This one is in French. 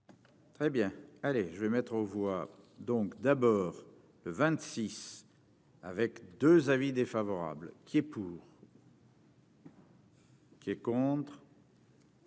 Très bien, allez je vais mettre aux voix, donc d'abord le 26 avec 2 avis défavorables qui est pour. Qui est contre.